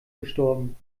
gestorben